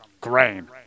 grain